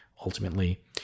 ultimately